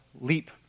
leap